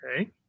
Okay